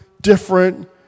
different